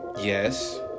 Yes